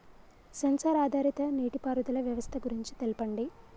Censor ఆధారిత నీటిపారుదల వ్యవస్థ గురించి తెల్పండి?